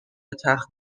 تخت